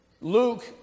Luke